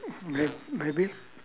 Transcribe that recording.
may~ maybe